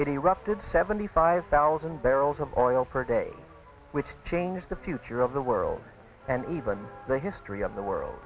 hundred seventy five thousand barrels of oil per day which changed the future of the world and even the history of the world